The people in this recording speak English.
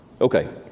Okay